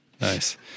Nice